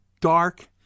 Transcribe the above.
dark